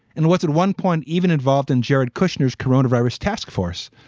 and what's at one point even involved in jared kushner's corona virus task force.